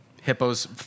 hippos